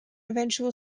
eventual